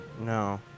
No